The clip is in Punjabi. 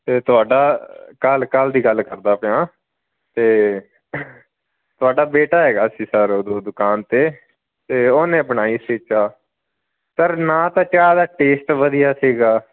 ਅਤੇ ਤੁਹਾਡਾ ਕੱਲ੍ਹ ਕੱਲ੍ਹ ਦੀ ਗੱਲ ਕਰਦਾ ਪਿਆਂ ਅਤੇ ਤੁਹਾਡਾ ਬੇਟਾ ਹੈਗਾ ਸੀ ਸਰ ਉਦੋਂ ਦੁਕਾਨ 'ਤੇ ਅਤੇ ਉਹਨੇ ਬਣਾਈ ਸੀ ਚਾਹ ਸਰ ਨਾ ਤਾਂ ਚਾਹ ਦਾ ਟੇਸਟ ਵਧੀਆ ਸੀਗਾ